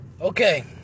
Okay